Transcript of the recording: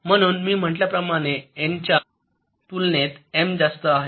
म्हणून मी म्हटल्याप्रमाणे एन च्या तुलनेत एम जास्त आहे